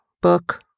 book